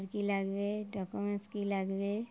আর কী লাগবে ডকুমেন্টস কী লাগবে